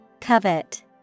Covet